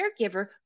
caregiver